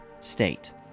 state